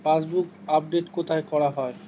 Passbook update কোথায় করা হয়?